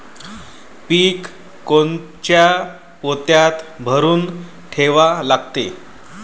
पीक कोनच्या पोत्यात भरून ठेवा लागते?